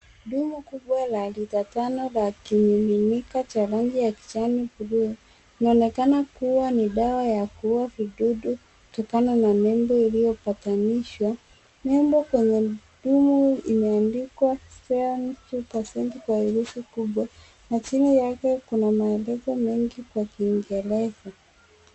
Dumu kubwa la lita tano la kimiminika cha rangi ya kijani kuduwe. Inaonekana kuwa ni dawa ya kuua vidudu kutokana na nembo ilio patanishwa. Nembo kwenye dumu imeandikwa 32% kwa herufi kubwa na chini yake kuna maelezo mengi kwa kiingereza.